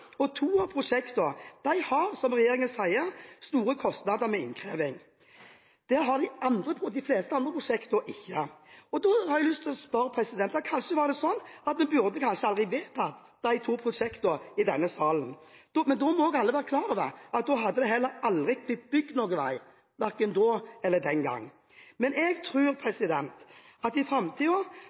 nedbetalt. To av prosjektene har, som regjeringen sier, store kostnader med innkreving. Det har de fleste andre bompengeprosjektene ikke. Da har jeg lyst til å si: Kanskje burde vi aldri vedtatt de to prosjektene i denne salen. Men da må alle være klar over at da hadde det heller aldri blitt bygd noen vei den gang. Jeg tror for framtiden at